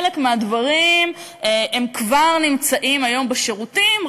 חלק מהדברים כבר נמצאים היום בשירותים,